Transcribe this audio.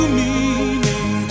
meaning